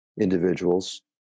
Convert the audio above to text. individuals